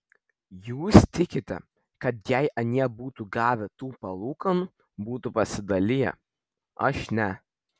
jūs tikite kad jei anie būtų gavę tų palūkanų būtų pasidaliję aš ne